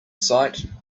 sight